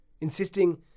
insisting